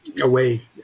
away